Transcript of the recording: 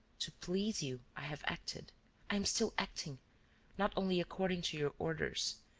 to please you, i have acted, i am still acting not only according to your orders,